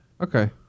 Okay